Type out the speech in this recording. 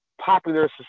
popular